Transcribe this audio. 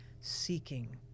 seeking